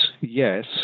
yes